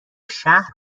شهر